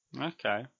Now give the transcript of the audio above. Okay